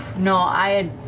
no, i had